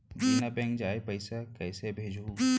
बिना बैंक जाए पइसा कइसे भेजहूँ?